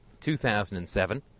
2007